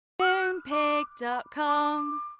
Moonpig.com